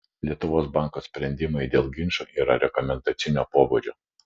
lietuvos banko sprendimai dėl ginčų yra rekomendacinio pobūdžio